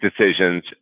decisions